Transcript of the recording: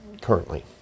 currently